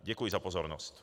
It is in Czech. Děkuji za pozornost.